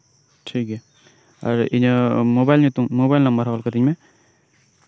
ᱴᱷᱤᱠ ᱜᱮᱭᱟ ᱤᱧᱟᱹᱜ ᱢᱳᱵᱟᱭᱤᱞ ᱧᱭᱛᱩᱢ ᱢᱳᱵᱟᱭᱤᱞ ᱱᱟᱢᱵᱟᱨ ᱦᱚᱸ ᱚᱞ ᱠᱟᱛᱤᱧ ᱢᱮ